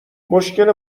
مشکل